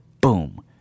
boom